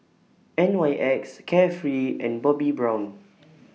N Y X Carefree and Bobbi Brown